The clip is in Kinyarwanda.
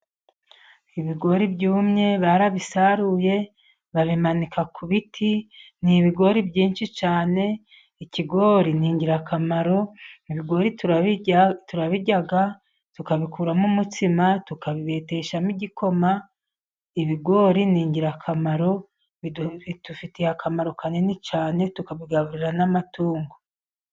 Ibigori byumye barabisaruye babimanika ku biti, ni ibigori byinshi cyane, ikigori ni ingirakamaro, ibigori turabirya, tukabikuramo umutsima, tukabibeteshamo igikoma, ibigori ni ingirakamaro, bidufitiye akamaro kanini cyane, tukabigaburira n'amatungo.